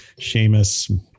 Seamus